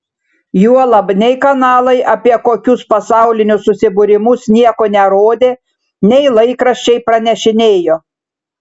juolab nei kanalai apie kokius pasaulinius susibūrimus nieko nerodė nei laikraščiai pranešinėjo